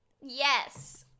yes